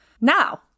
now